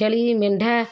ଛେଳି ମେଣ୍ଢା